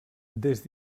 des